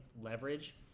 leverage